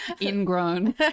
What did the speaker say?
ingrown